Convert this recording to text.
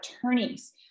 attorneys